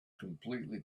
completely